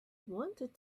wanted